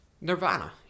Nirvana